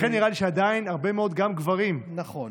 לכן,